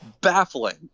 Baffling